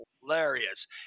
hilarious